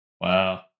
Wow